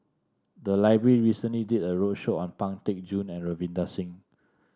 the library recently did a roadshow on Pang Teck Joon and Ravinder Singh